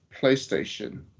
playstation